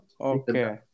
okay